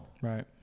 Right